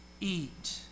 eat